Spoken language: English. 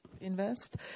invest